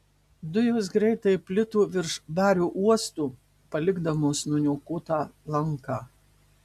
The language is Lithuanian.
dujos greitai plito virš bario uosto palikdamos nuniokotą lanką